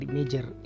Major